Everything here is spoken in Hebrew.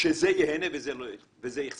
שזה יהנה וזה יחסר.